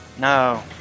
No